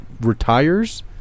retires